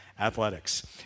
Athletics